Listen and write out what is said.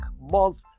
month